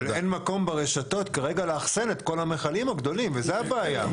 אבל אין מקום ברשתות כרגע לאחסן את כל המכלים הגדולים וזו הבעיה.